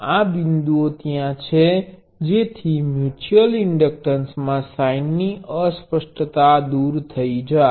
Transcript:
આ બિંદુઓ ત્યાં છે જેથી મ્યુચ્યુઅલ ઈન્ડક્ટન્સ માં સાઇન ની અસ્પષ્ટતા દૂર થઈ જાય